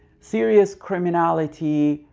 serious criminality,